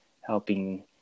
helping